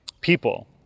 people